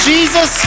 Jesus